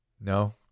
No